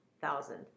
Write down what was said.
Thousand